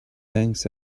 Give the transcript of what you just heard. thanks